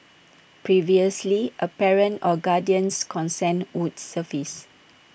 previously A parent or guardian's consent would suffice